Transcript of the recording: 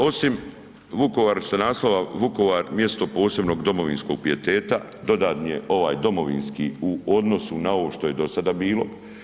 Osim u Vukovaru ste naslova, Vukovar mjesto od posebnog domovinskog pijeteta, dodan je ovaj domovinski u odnosu na ovo što je do sada bilo.